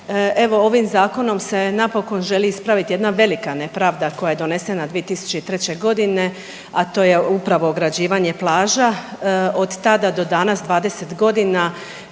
ovim zakonom se napokon želi ispraviti jedna velika nepravda koja je donesena 2003. godine, a to je upravo ograđivanje plaža. Od tada do danas 20 godina